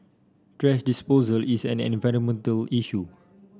thrash disposal is an environmental issue